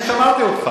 אני שמעתי אותך.